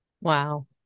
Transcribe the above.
Wow